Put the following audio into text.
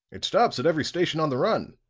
it stops at every station on the run.